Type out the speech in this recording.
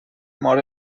mor